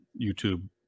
YouTube